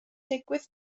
digwydd